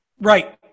Right